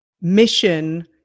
mission